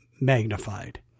magnified